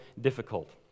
difficult